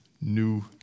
new